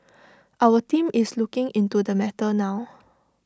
our team is looking into the matter now